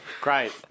Great